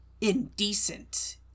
indecent